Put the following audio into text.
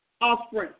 Offspring